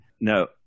No